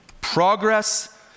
Progress